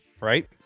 right